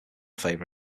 favor